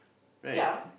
right